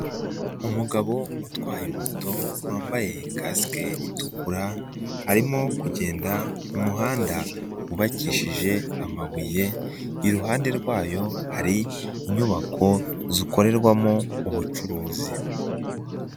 Umugabo utwaye moto wambaye kasike itukura arimo kugenda mu muhanda wubakishije amabuye, iruhande rwayo hari inyubako zikorerwamo ubucuruzi.